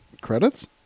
Credits